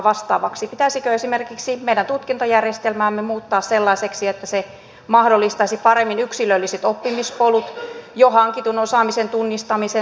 pitäisikö esimerkiksi meidän tutkintojärjestelmäämme muuttaa sellaiseksi että se mahdollistaisi paremmin yksilölliset oppimispolut jo hankitun osaamisen tunnistamisen